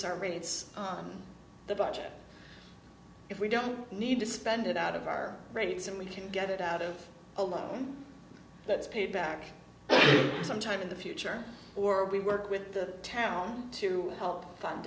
rates on the budget if we don't need to spend it out of our brains and we can get it out of a loan that's paid back sometime in the future or we work with the town to help fund